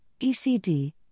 ECD